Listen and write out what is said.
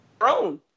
own